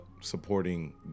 supporting